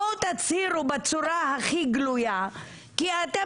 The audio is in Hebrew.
בואו תצהירו בצורה הכי גלויה כי אתם